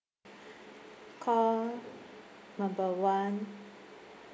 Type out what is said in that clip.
call number one